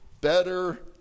better